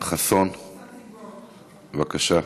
חסון, בבקשה.